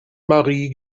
marie